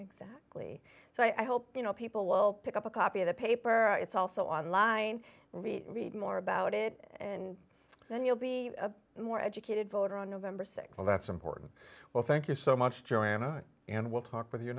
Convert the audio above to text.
exactly so i hope you know people will pick up a copy of the paper it's also online read read more about it and then you'll be a more educated voter on november th all that's important well thank you so much joanna and we'll talk with you